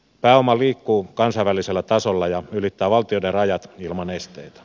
pääoma liikkuu kansainvälisellä tasolla ja ylittää valtioiden rajat ilman esteitä